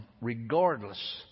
regardless